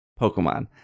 Pokemon